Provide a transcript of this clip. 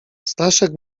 staszek